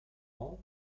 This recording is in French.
rang